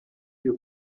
you